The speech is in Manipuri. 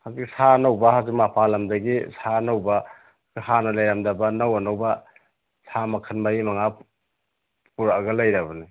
ꯍꯧꯖꯤꯛ ꯁꯥ ꯑꯅꯧꯕ ꯍꯥꯏꯕꯗꯤ ꯃꯄꯥꯟꯂꯝꯗꯒꯤ ꯁꯥ ꯑꯅꯧꯕ ꯍꯥꯟꯅ ꯂꯩꯔꯝꯗꯕ ꯑꯅꯧ ꯑꯅꯧꯕ ꯁꯥ ꯃꯈꯜ ꯃꯔꯤ ꯃꯉꯥ ꯄꯨꯔꯛꯑꯒ ꯂꯩꯔꯕꯅꯦ